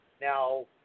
Now